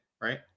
right